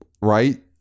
right